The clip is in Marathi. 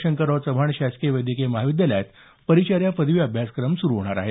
शंकरराव चव्हाण शासकीय वैद्यकीय महाविद्यालयात परिचर्या पदवी अभ्यासक्रम सुरू होणार आहे